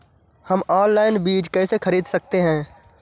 हम ऑनलाइन बीज कैसे खरीद सकते हैं?